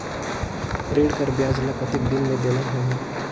ऋण कर ब्याज ला कतेक दिन मे देना होही?